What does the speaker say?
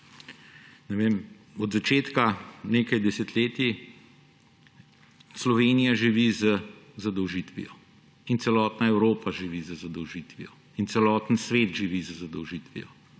ne vem, od začetka, nekaj desetletij Slovenija živi z zadolžitvijo in celotna Evropa živi z zadolžitvijo in celoten svet živi z zadolžitvijo.